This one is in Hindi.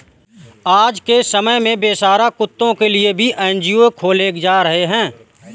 आज के समय में बेसहारा कुत्तों के लिए भी एन.जी.ओ खोले जा रहे हैं